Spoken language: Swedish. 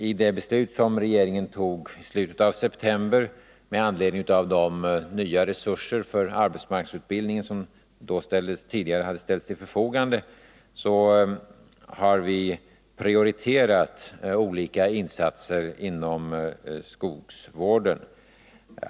I det beslut som regeringen fattade i slutet av september med anledning av de nya resurser för arbetsmarknadsutbildningen som tidigare hade ställts till förfogande har vi prioriterat olika insatser inom skogsvården.